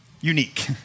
unique